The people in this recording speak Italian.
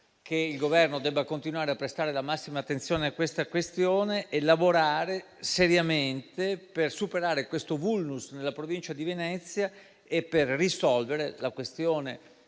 che il Governo debba continuare a prestare la massima attenzione alla questione e lavorare seriamente per superare questo *vulnus* nella provincia di Vicenza e per risolvere la questione